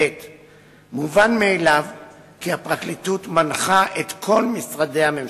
מובן מאליו כי הפרקליטות מנחה את כל משרדי הממשלה,